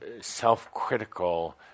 self-critical